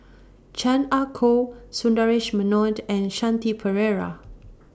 Chan Ah Kow Sundaresh Menon and Shanti Pereira